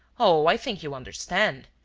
oh, i think you understand.